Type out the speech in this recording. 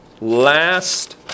last